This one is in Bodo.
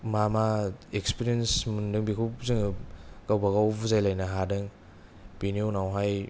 मा मा इकस्फिरेन्स मोनदों बेखौ जोङो गावबा गाव बुजायलायनो हादों बेनि उनाव हाय